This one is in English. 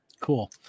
cool